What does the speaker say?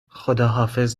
خداحافظ